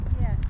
Yes